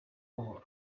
buhoro